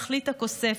תכלית הכוסף,